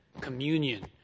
communion